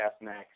next